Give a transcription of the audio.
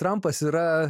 trampas yra